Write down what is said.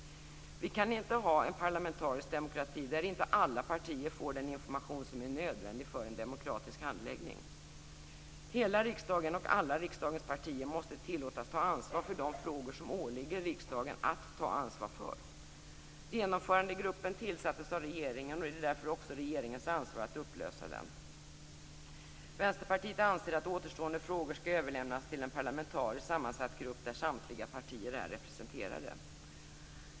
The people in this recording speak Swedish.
Vi kan inte ha en parlamentarisk demokrati där inte alla partier får den information som är nödvändig för en demokratisk handläggning. Hela riksdagen och alla riksdagens partier måste tillåtas ta ansvar för de frågor som åligger riksdagen att ta ansvar för. Genomförandegruppen tillsattes av regeringen och det är därför också regeringens ansvar att upplösa den. Vänsterpartiet anser att återstående frågor skall överlämnas till en parlamentariskt sammansatt grupp, där samtliga partier är representerade.